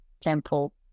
temple